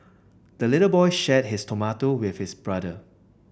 the little boy shared his tomato with his brother